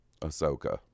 Ahsoka